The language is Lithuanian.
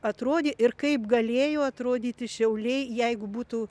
atrodė ir kaip galėjo atrodyti šiauliai jeigu būtų